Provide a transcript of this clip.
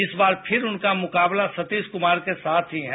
इस बार फिर उनका मुकाबला सतीश क्मार के साथ ही है